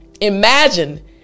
Imagine